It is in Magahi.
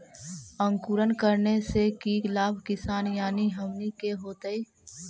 अंकुरण करने से की लाभ किसान यानी हमनि के होतय?